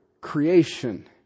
creation